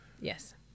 Yes